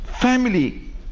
family